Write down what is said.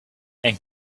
and